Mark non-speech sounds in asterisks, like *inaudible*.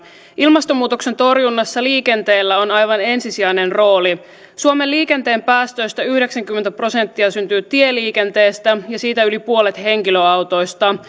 ilmastonmuutoksen torjunnassa liikenteellä on aivan ensisijainen rooli suomen liikenteen päästöistä yhdeksänkymmentä prosenttia syntyy tieliikenteestä ja siitä yli puolet henkilöautoista *unintelligible*